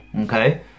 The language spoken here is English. okay